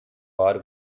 are